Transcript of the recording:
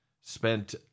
spent